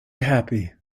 happy